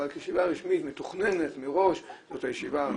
אבל כישיבה רשמית מתוכננת מראש זאת הישיבה,